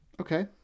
Okay